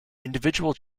individual